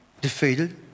defeated